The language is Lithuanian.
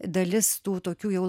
dalis tų tokių jau